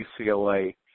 UCLA